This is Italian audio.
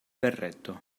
berretto